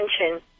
attention